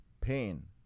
pain